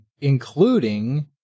including